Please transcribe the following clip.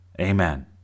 Amen